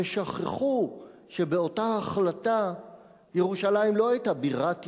ושכחו שבאותה החלטה ירושלים לא היתה בירת ישראל,